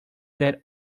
that